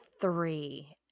three